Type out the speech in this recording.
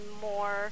more